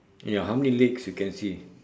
ya how many legs you can see